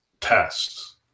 tests